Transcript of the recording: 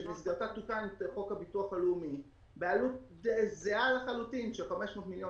שבמסגרתה תוקן חוק הביטוח הלאומי בעלות זהה לחלוטין של 500 מיליון